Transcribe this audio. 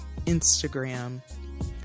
Instagram